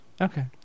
Okay